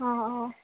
অঁ অঁ